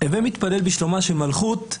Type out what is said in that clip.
"הוי מתפלל בשלומה של מלכות,